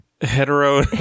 hetero